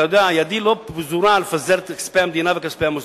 ידי לא פתוחה לפזר את כספי המדינה וכספי המוסדות.